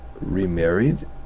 remarried